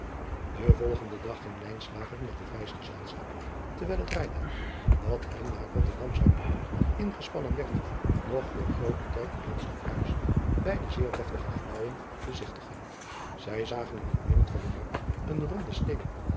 en volgenden dag ging met het reisgezelschap terwijl het rijtuig dat hen naar otterdam zou brengen ingespannen werd nog de groote kerk en het stadhuis beide zeer deftige gebouwen bezigtigen ij zagen in het midden van de markt een ronden steen